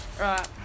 Right